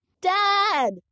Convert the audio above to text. Dad